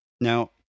Now